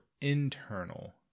internal